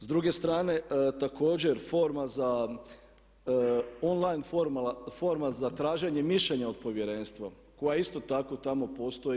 S druge strane također forma za, on line forma za traženje mišljenja od Povjerenstva koja isto tako tamo postoje.